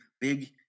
big